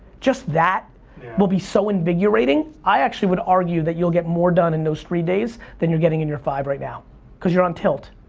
just that will be so invigorating. i actually would argue that you'll get more done in those three days than you're getting in your five right now cause you're on tilt.